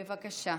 בבקשה.